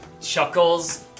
Chuckles